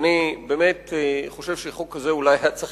אני באמת חושב שחוק כזה, אולי היה צריך